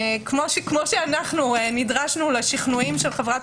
כמו שאנו נדרשנו לשכנועים של חברת